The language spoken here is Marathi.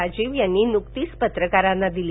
राजीव यांनी नुकतीच पत्रकारांना दिली